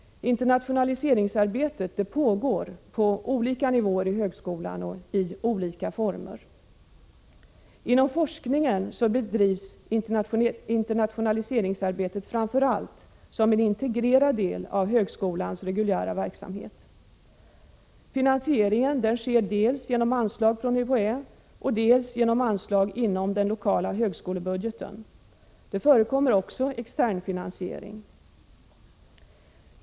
Internationaliseringsarbetet pågår på olika nivåer i högskolan och i olika former. Inom forskningen bedrivs internationaliserings arbetet framför allt som en integrerad del av högskolans reguljära verksamhet. Finansieringen sker dels genom anslag från UHÄ, dels genom anslag inom den lokala högskolans budget. Det förekommer också externfinansiering.